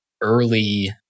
early